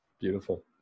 Beautiful